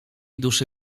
duszy